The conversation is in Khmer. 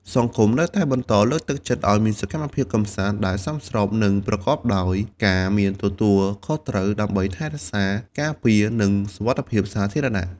សង្គមនៅតែបន្តលើកទឹកចិត្តឲ្យមានសកម្មភាពកម្សាន្តដែលសមស្រប និងប្រកបដោយការមានទំនួលខុសត្រូវ ដើម្បីថែរក្សាការពារ និងសុវត្ថិភាពសាធារណៈ។